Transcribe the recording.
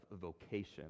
vocation